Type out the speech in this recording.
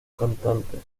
cantantes